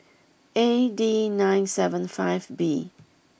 A D nine seven five B